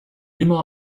immer